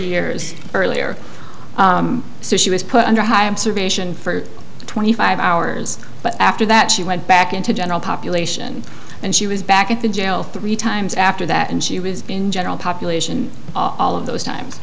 years earlier so she was put under high observation for twenty five hours but after that she went back into general population and she was back at the jail three times after that and she was in general population all of those times